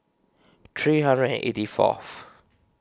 three hundred and eighty fourth